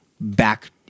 back